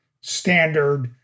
standard